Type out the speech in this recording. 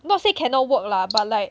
not say cannot work lah but like